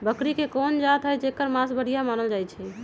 बकरी के कोन जात हई जेकर मास बढ़िया मानल जाई छई?